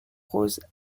rose